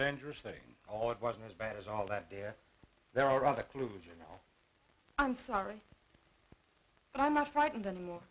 dangerous thing although it wasn't as bad as all that there there are other clues you know i'm sorry but i'm not frightened any more